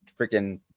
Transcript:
freaking